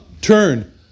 turn